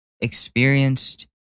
experienced